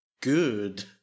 good